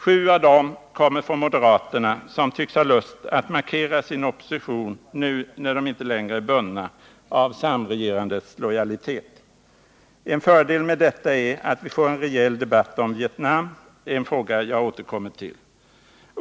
Sju av dem kommer från moderaterna, som tycks ha lust att markera sin opposition nu när de inte längre är bundna av samregerandets lojalitet. En fördel med detta är att vi får en rejäl debatt om Vietnam — en fråga som jag återkommer till.